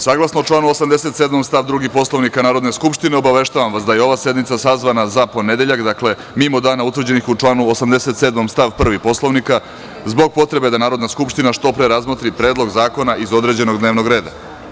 Saglasno članu 87. stav 2. Poslovnika Narodne skupštine, obaveštavam vas da je ova sednica sazvana ponedeljak, dakle mimo dana utvrđenih u članu 87. stav 1. Poslovnika, zbog potrebe da Narodna skupština što pre razmotri predloge zakona iz određenog dnevnog reda.